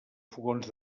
fogons